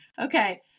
Okay